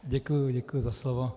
Děkuji, děkuji za slovo.